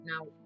now